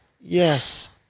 yes